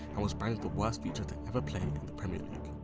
and was branded the worst feature to ever play in premier league